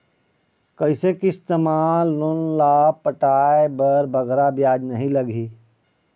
कइसे किस्त मा लोन ला पटाए बर बगरा ब्याज नहीं लगही?